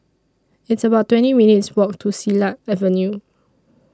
It's about twenty minutes' Walk to Silat Avenue